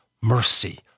Mercy